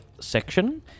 section